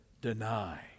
Deny